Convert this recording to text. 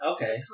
Okay